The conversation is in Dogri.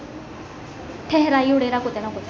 ठैहराई ओड़े दा कुतै ना कुतै